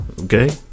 Okay